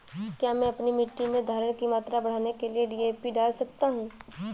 क्या मैं अपनी मिट्टी में धारण की मात्रा बढ़ाने के लिए डी.ए.पी डाल सकता हूँ?